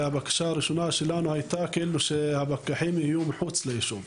הבקשה הראשונה שלנו הייתה שהפקחים יהיו מחוץ ליישוב,